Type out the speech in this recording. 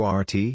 Qrt